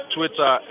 Twitter